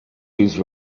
whose